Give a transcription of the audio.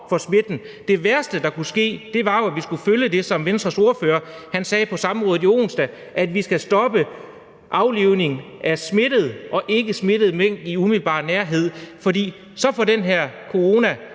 for smitten. Det værste, der kunne ske, var jo, at vi skulle følge det, som Venstres ordfører sagde på samrådet i onsdags: at vi skal stoppe aflivning af smittede og ikkesmittede mink i umiddelbar nærhed, for så får den her corona